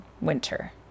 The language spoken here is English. winter